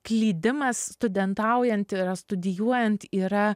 klydimas studentaujant studijuojant yra